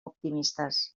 optimistes